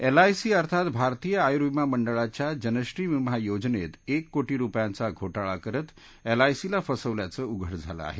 L I C अर्थात भारतीय आयूर्विमा मंडळाच्या जनश्री विमा योजनेत एक कोटी रूपयांचा घोटाळा करत एलआयसीला फसवल्याचं उघड झालं आहे